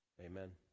Amen